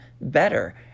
better